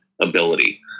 ability